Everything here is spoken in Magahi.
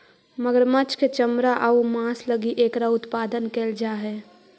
मगरमच्छ के चमड़ा आउ मांस लगी एकरा उत्पादन कैल जा हइ